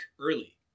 early